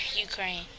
Ukraine